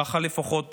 כך לפחות